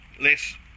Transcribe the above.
Less